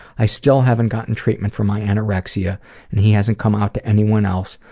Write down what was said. i still haven't gotten treatment for my anorexia and he hasn't come out to anyone else,